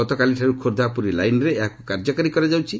ଗତକାଲିଠାରୁ ଖୋର୍ଦ୍ଧା ପୁରୀ ଲାଇନ୍ରେ ଏହାକୁ କାର୍ଯ୍ୟକାରୀ କରାଯାଉଛି